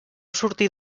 sortir